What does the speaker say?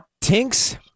Tinks